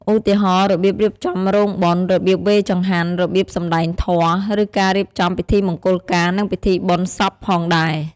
ឧទាហរណ៍ របៀបរៀបចំរោងបុណ្យ របៀបវេរចង្ហាន់ របៀបសំដែងធម៌ ឬការរៀបចំពិធីមង្គលការ និងពិធីបុណ្យសពផងដែរ។